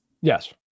Yes